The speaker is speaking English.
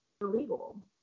illegal